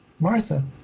Martha